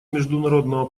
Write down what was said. международного